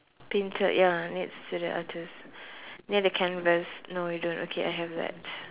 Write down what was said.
painter ya needs to the artist near the canvas no you don't okay I have that